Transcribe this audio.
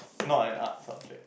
not an art subject